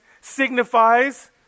signifies